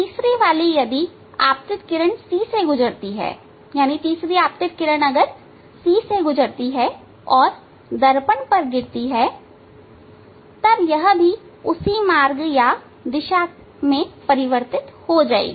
तीसरी वाली यदि आपतित किरण C से गुजरती है और दर्पण पर गिरती है तब यह भी उसी मार्ग या दिशा में परिवर्तित होगी